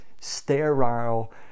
sterile